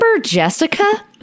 Jessica